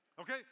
Okay